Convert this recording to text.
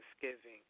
Thanksgiving